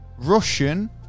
Russian